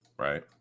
Right